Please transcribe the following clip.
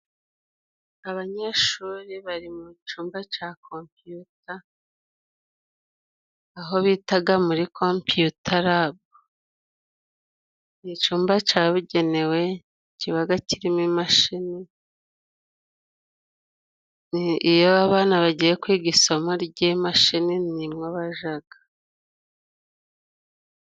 Abanyeshuri bari mu cumba ca komputa aho bitaga muri komputa labu. Ni icumba cabugenewe kibaga kirimo imashini, iyo abana bagiye kwiga isomo ry'imashini nimwo bajaga.